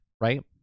right